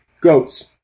goats